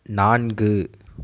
நான்கு